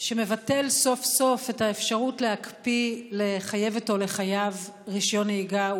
שמבטל סוף-סוף את האפשרות להקפיא לחייבת או לחייב רישיון נהיגה,